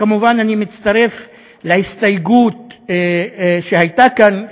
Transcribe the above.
אני כמובן מצטרף להסתייגות שהייתה כאן,